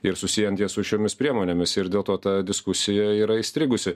ir susiejant ją su šiomis priemonėmis ir dėl to ta diskusija yra įstrigusi